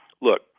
look